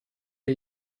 les